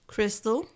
Crystal